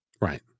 Right